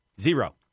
Zero